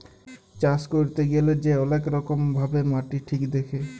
চাষ ক্যইরতে গ্যালে যে অলেক রকম ভাবে মাটি ঠিক দ্যাখে